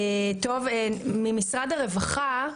משרד הרווחה.